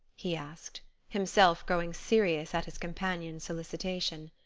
he asked himself growing serious at his companion's solicitation.